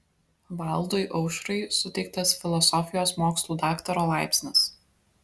valdui aušrai suteiktas filosofijos mokslų daktaro laipsnis